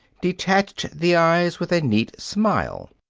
detached the eyes with a neat smile.